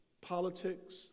politics